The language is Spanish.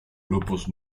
grupos